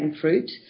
fruit